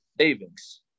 savings